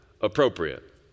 appropriate